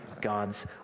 God's